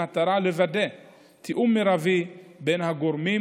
במטרה לוודא תיאום מרבי בין הגורמים